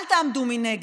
אל תעמדו מנגד.